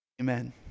Amen